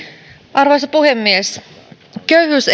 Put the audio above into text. arvoisa puhemies köyhyys